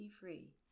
free